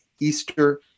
Easter